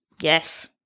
Yes